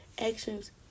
Actions